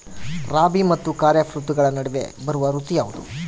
ರಾಬಿ ಮತ್ತು ಖಾರೇಫ್ ಋತುಗಳ ನಡುವೆ ಬರುವ ಋತು ಯಾವುದು?